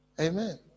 Amen